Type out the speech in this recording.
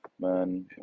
man